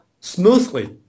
smoothly